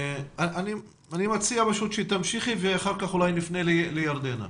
אני מציע שתמשיכי ואחר כך נפנה לירדנה,